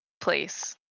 place